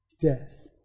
death